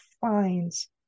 finds